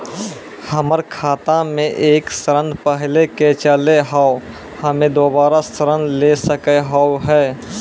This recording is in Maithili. हमर खाता मे एक ऋण पहले के चले हाव हम्मे दोबारा ऋण ले सके हाव हे?